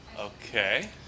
Okay